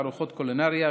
תערוכות קולינריה,